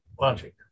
logic